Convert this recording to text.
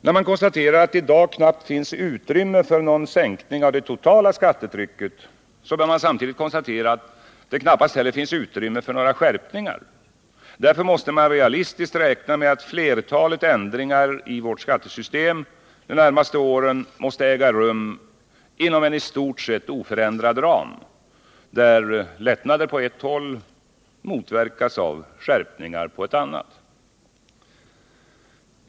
När man konstaterar att det i dag knappast finns utrymme för någon sänkning av det totala skattetrycket bör man samtidigt konstatera att det knappast heller finns utrymme för några skärpningar. Därför måste man realistiskt räkna med att flertalet ändringar i vårt skattesystem de närmaste åren måste äga rum inom en i stort sett oförändrad ram, där lättnader på ett håll motverkas av skärpningar på ett annat.